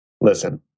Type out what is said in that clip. Listen